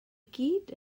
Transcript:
gyd